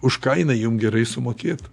už ką jinai jum gerai sumokėtų